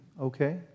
okay